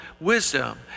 wisdom